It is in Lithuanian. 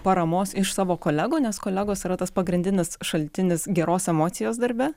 paramos iš savo kolegų nes kolegos yra tas pagrindinis šaltinis geros emocijos darbe